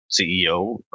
CEO